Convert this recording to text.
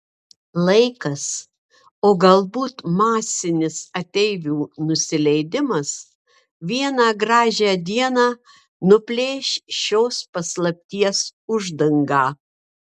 laikas o galbūt masinis ateivių nusileidimas vieną gražią dieną nuplėš šios paslapties uždangą